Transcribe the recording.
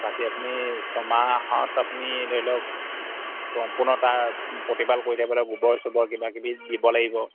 বাকী আপুনি ছমাহত আপুনি ধৰি লওক সম্পূৰ্ণ তাৰ প্ৰতিপাল কৰি থাকিব লাগিব গোবৰ চোবৰ কিবা কিবি দিব লাগিব